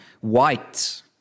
White